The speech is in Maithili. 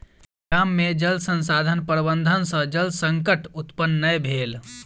गाम में जल संसाधन प्रबंधन सॅ जल संकट उत्पन्न नै भेल